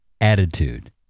Attitude